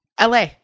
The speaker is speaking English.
LA